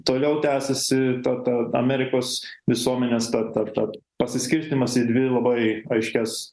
toliau tęsiasi ta ta amerikos visuomenės ta ta pasiskirstymas į dvi labai aiškias